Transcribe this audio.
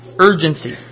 urgency